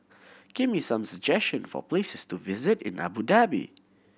give me some suggestion for places to visit in Abu Dhabi